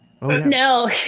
No